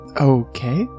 Okay